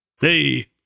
Hey